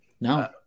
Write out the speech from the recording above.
No